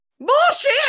Bullshit